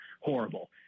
horrible